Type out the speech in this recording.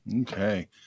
okay